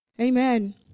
Amen